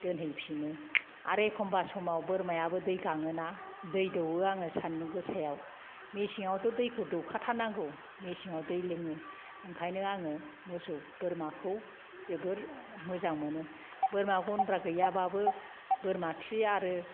दोनहैफिनो आरो एखमबा समाव बोरमायाबो दै गाङोना दै दौवो आङो सान्दुं गोसायाव मेसेंआवथ' दैखौ दौखा थारनांगौ मेसेंआव दै लोङो ओंखायनो आङो मोसौ बोरमाखौ जोबोर मोजां मोनो बोरमा गन्द्रा गैयाबाबो बोरमा खि आरो